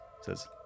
Says